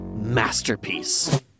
masterpiece